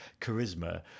charisma